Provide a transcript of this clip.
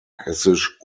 hessisch